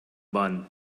bun